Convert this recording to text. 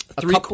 three